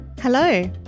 Hello